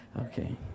Okay